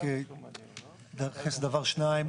רק להתייחס לדבר-שניים.